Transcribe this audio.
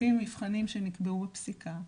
ולפי מבחנים שנקבעו בפסיקה,